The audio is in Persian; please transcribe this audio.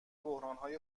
بحرانهای